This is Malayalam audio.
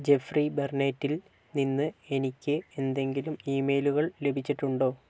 ജെഫ്രി ബർനേറ്റിൽ നിന്ന് എനിക്ക് എന്തെങ്കിലും ഇമെയിലുകൾ ലഭിച്ചിട്ടുണ്ടോ